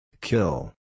Kill